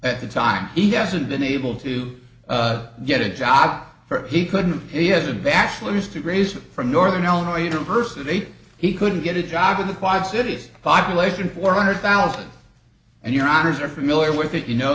at the time he hasn't been able to get a job for he couldn't he has a bachelor's degrees from northern illinois university he couldn't get a job in the quad cities five relation four hundred thousand and your honour's are familiar with it you know